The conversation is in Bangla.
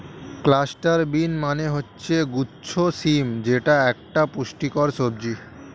ক্লাস্টার বিন মানে হচ্ছে গুচ্ছ শিম যেটা একটা পুষ্টিকর সবজি